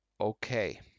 Okay